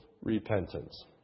repentance